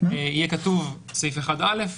יהיה כתוב סעיף 1(א),